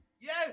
Yes